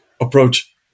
approach